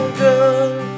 good